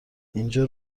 اینجا